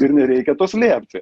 ir nereikia to slėpti